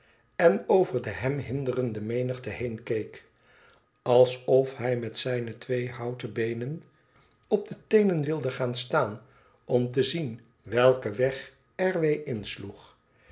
en over de hem hinderende menigte heen keek alsof hij met zijne twee houten beenen op de teenen wilde gaan staan om te zien welken weg r w insloeg